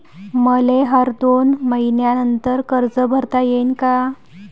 मले हर दोन मयीन्यानंतर कर्ज भरता येईन का?